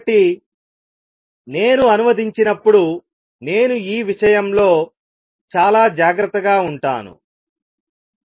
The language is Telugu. కాబట్టి నేను అనువదించినప్పుడు నేను ఈ విషయంలో చాలా జాగ్రత్తగా ఉంటాను